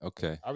Okay